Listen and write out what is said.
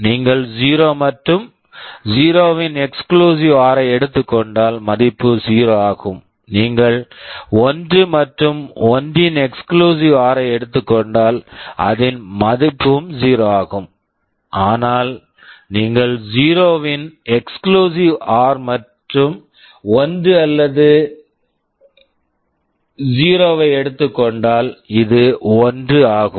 நீங்கள் 0 மற்றும் 0 இன் எக்ஸ்க்ளுசிவ் ஆர் exclusive OR ஐ எடுத்துக் கொண்டால் மதிப்பு 0 ஆகும் நீங்கள் 1 மற்றும் 1 இன் எக்ஸ்க்ளுசிவ் ஆர் exclusive OR ஐ எடுத்துக் கொண்டால் அதன் மதிப்பும் 0 ஆகும் ஆனால் நீங்கள் 0 இன் எக்ஸ்க்ளுசிவ் ஆர் exclusive OR மற்றும் 1 அல்லது 1 மற்றும் 0 வை எடுத்துக் கொண்டால் இது 1 ஆகும்